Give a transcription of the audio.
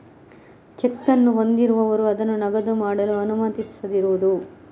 check ಅನ್ನು ಹೊಂದಿರುವವರು ಅದನ್ನು ನಗದು ಮಾಡಲು ಅನುಮತಿಸದಿರುವುದು